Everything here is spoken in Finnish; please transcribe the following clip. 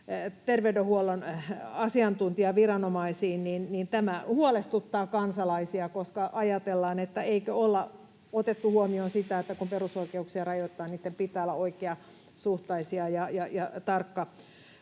terveydenhuollon asiantuntijaviranomaisiin. Tämä huolestuttaa kansalaisia, koska ajatellaan, että eikö ole otettu huomioon sitä, että kun perusoikeuksia rajoitetaan, niitten pitää olla oikeasuhtaisia ja